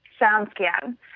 SoundScan